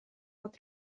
bod